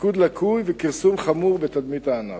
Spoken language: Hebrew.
תפקוד לקוי וכרסום חמור בתדמית הענף.